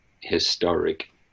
historic